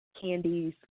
candies